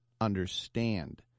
understand